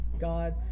God